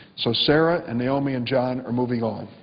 so sara and naomi and john are moving on.